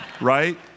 Right